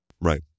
Right